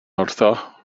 wrtho